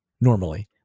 normally